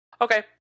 Okay